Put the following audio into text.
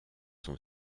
son